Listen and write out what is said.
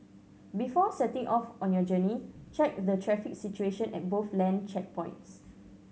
before setting off on your journey check the traffic situation at both land checkpoints